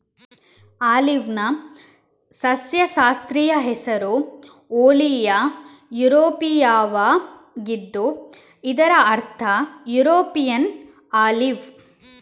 ಆಲಿವ್ನ ಸಸ್ಯಶಾಸ್ತ್ರೀಯ ಹೆಸರು ಓಲಿಯಾ ಯುರೋಪಿಯಾವಾಗಿದ್ದು ಇದರ ಅರ್ಥ ಯುರೋಪಿಯನ್ ಆಲಿವ್